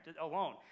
alone